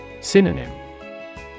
Synonym